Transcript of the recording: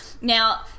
Now